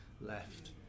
left